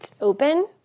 open